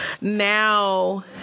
now